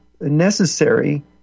necessary